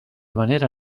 manera